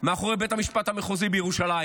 מאחורי בית המשפט המחוזי בירושלים.